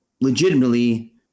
legitimately